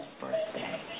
birthday